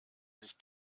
sich